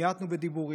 מיעטנו בדיבורים,